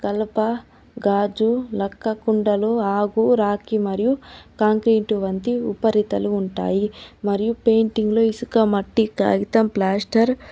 కలప గాజు లక్క కుండలు ఆకు రాగి మరియు కాంక్రీటు వంటి ఉపరితలాలు ఉంటాయి మరియు పెయింటింగ్లో ఇసుక మట్టి కాగితం ప్లాస్టర్